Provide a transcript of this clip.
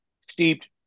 steeped